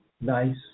nice